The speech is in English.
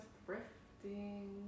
thrifting